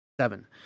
seven